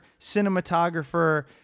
cinematographer